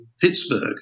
Pittsburgh